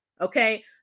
okay